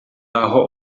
aho